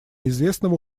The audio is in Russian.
известного